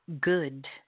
good